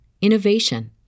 innovation